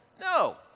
No